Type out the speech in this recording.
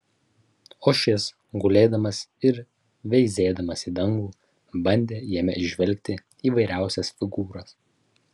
o šis gulėdamas ir veizėdamas į dangų bandė jame įžvelgti įvairiausias figūras